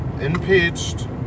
impeached